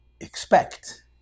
expect